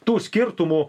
tų skirtumų